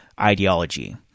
ideology